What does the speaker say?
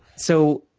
so,